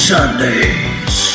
Sunday's